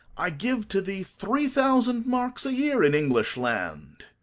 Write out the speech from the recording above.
i give to thee three thousand marks a year in english land.